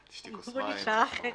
שתי כוס מים.